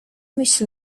myśl